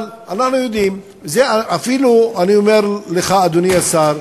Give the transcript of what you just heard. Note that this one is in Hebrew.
אבל אנחנו יודעים, אני אומר לך, אדוני השר,